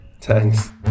thanks